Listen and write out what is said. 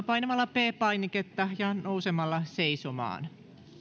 painamalla p painiketta ja nousemalla seisomaan